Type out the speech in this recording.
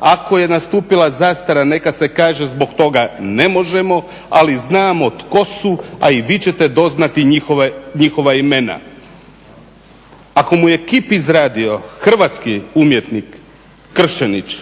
Ako je nastupila zastara neka se kaže zbog toga ne možemo, ali znamo tko su a i vi ćete doznati njihova imena. Ako mu je kip izradio hrvatski umjetnik Kršinić,